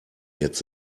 jetzt